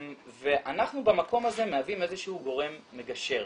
אנחנו במקום הזה מהווים איזה שהוא גורם מגשר.